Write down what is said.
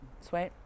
sweet